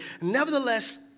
Nevertheless